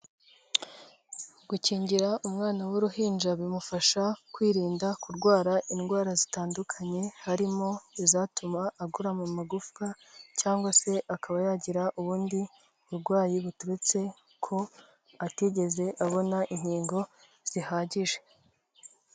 Gukingira umwana w'uruhinja bimufasha kwirinda kurwara indwara zitandukanye, harimo izatuma agorama magufwa cyangwa se akaba yagira ubundi burwayi buturutse ko atigeze abona inkingo zihagije.